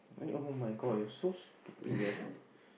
I mean [oh]-my-god you are so stupid eh